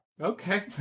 Okay